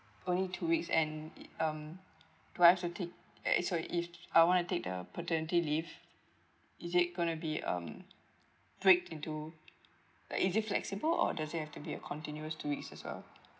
only two weeks and it um do I have to take eh sorry if I want to take the paternity leave is it going to be um break into like is it flexible or does it have to be a continuous two weeks as well